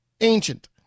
ancient